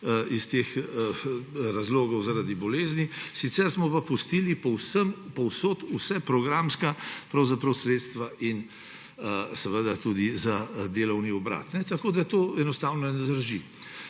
iz teh razlogov zaradi bolezni. Sicer smo pa pustili povsod povsem vsa programska sredstva in tudi za delovni obrat. Tako da to enostavno ne drži.